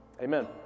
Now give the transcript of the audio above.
Amen